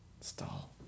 stall